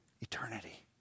Eternity